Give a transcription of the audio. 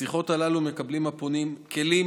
בשיחות הללו מקבלים הפונים כלים